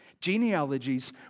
Genealogies